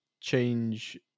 change